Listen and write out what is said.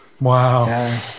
Wow